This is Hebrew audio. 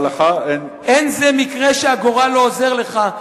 אין זה מקרה שהגורל לא עוזר לך,